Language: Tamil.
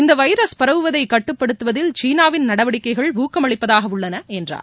இந்தவைரஸ் பரவுவதைகட்டுப்படுத்துவதில் சீனாவின் நடவடிக்கைகள் ஊக்கம் அளிப்பதாகஉள்ளனஎன்றார்